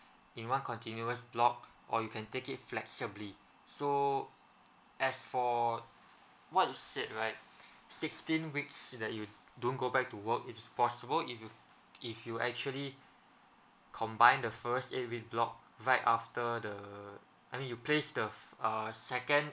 in one continuous block or you can take it flexibly so as for what you said right sixteen weeks that you don't go back to work is possible if you if you actually combine the first eight week block right after the I mean you place the uh second